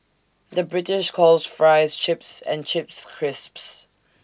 the British calls Fries Chips and Chips Crisps